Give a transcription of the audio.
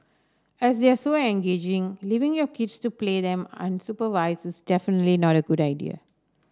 as they are so engaging leaving your kids to play them unsupervised is definitely not a good idea